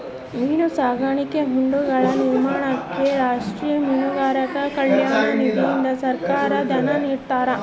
ಮೀನು ಸಾಕಾಣಿಕಾ ಹೊಂಡಗಳ ನಿರ್ಮಾಣಕ್ಕೆ ರಾಷ್ಟೀಯ ಮೀನುಗಾರರ ಕಲ್ಯಾಣ ನಿಧಿಯಿಂದ ಸಹಾಯ ಧನ ನಿಡ್ತಾರಾ?